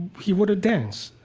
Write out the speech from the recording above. he wrote a dance.